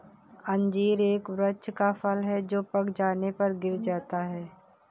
अंजीर एक वृक्ष का फल है जो पक जाने पर गिर जाता है